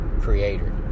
Creator